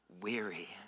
Weary